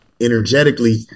energetically